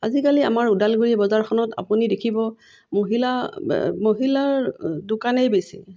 আজিকালি আমাৰ ওদালগুৰি বজাৰখনত আপুনি দেখিব মহিলাৰ মহিলাৰ দোকানেই বেছি